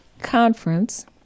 Conference